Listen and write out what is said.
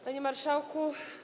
Panie Marszałku!